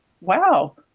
wow